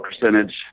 percentage